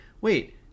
wait